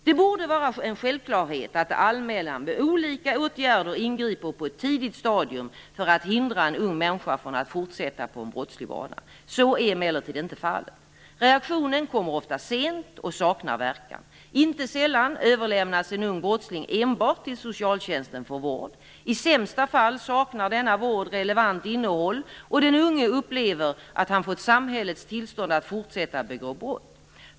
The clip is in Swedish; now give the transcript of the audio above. Det borde vara en självklarhet att det allmänna med olika åtgärder ingriper på ett tidigt stadium för att hindra en ung människa från att fortsätta på en brottslig bana. Så är emellertid inte fallet. Reaktionen kommer ofta sent och saknar verkan. Inte sällan överlämnas en ung brottsling enbart till socialtjänsten för vård. I sämsta fall saknar denna vård relevant innehåll och den unge upplever att han fått samhällets tillstånd att fortsätta begå brott.